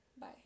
bye